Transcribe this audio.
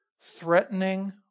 threatening